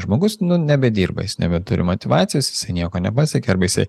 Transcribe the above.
žmogus nu nebedirba jis nebeturi motyvacijos nieko nepasiekė arba jisai